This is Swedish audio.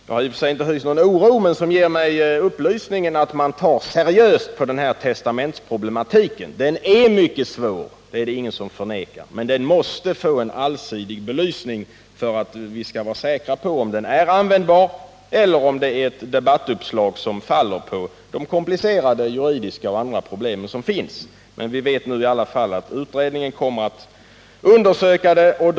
Det ger mig upplysningen att man tar seriöst på testamentsproblematiken. Den är mycket svår — det är det ingen som förnekar — men den måste få en allsidig belysning för att vi skall bli säkra på om den är användbar eller om den är ett debattuppslag som faller på de komplicerade juridiska och andra problem som finns. Vi vet nu i alla fall att utredningen kommer att undersöka saken.